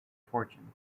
fortune